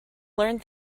learned